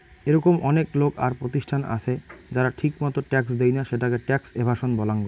এরকম অনেক লোক আর প্রতিষ্ঠান আছে যারা ঠিকমতো ট্যাক্স দেইনা, সেটাকে ট্যাক্স এভাসন বলাঙ্গ